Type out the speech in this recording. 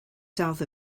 south